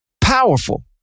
Powerful